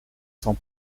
sans